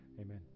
Amen